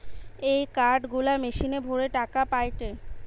এ card গুলা মেশিনে ভরে টাকা পায়টে